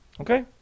Okay